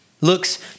looks